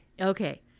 Okay